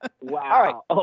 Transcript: Wow